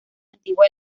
antigua